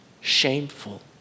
Shameful